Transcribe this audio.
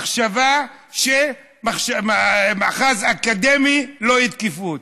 מחשבה שמאחז אקדמי, לא יתקפו אותו.